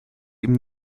ihm